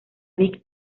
big